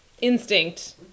instinct